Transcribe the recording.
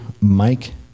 Mike